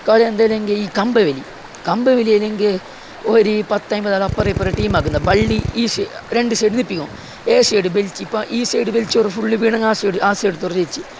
കളി എന്താന്ന് കമ്പവലി കമ്പവലി അല്ലെങ്കിൽ ഒര് പത്ത് അൻപത് പേര് അപ്പുറം ഇപ്പുറം ടീമാക്കുന്ന വള്ളി ഈ രണ്ടു സൈഡിൽ നിന്ന് ഇട്ടിട്ട് ഏത് സൈഡ് വലിച്ച് ഇപ്പോൾ ഈ സൈഡ് വലിച്ച് ഫുള്ള് വീണെങ്ങാന് ആ സൈഡ് തുറന്നച്ച്